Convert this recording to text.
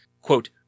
Quote